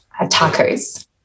Tacos